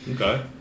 okay